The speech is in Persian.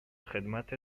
خدمت